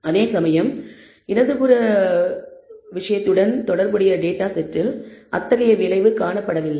அதேசமயம் இடது புற விஷயத்துடன் தொடர்புடைய டேட்டா செட்டில் அத்தகைய விளைவு காணப்படவில்லை